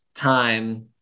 time